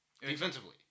Defensively